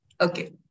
Okay